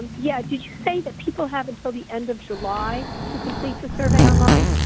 yeah did you say that people have until the end of july to complete the survey online?